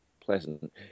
pleasant